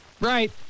Right